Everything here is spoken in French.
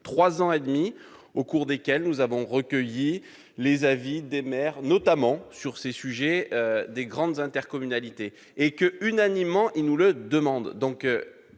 Trois ans et demi au cours desquels nous avons recueilli l'avis des maires, notamment sur le sujet des grandes intercommunalités, qui nous demandent